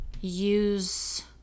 use